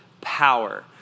Power